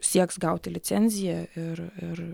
sieks gauti licenziją ir ir